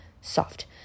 soft